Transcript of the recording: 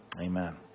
Amen